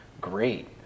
great